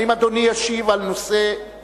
האם אדוני ישיב על הנושא